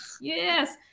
Yes